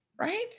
right